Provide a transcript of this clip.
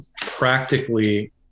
practically